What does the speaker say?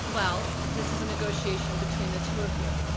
well, this is a negotiation between the two of you.